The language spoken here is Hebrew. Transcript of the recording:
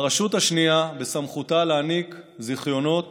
הרשות השנייה, בסמכותה להעניק זיכיונות